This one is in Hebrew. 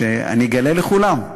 ואני אגלה לכולם: